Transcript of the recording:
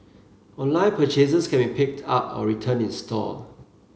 online purchases can be picked up or returned in store